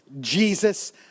Jesus